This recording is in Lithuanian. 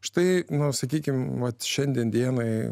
štai na sakykim vat šiandien dienai